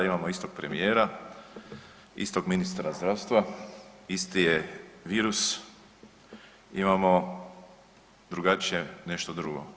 Imamo istog premijera, istog ministra zdravstva, isti je virus, imamo drugačije nešto drugo.